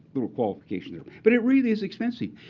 little qualification there. but it really is expensive.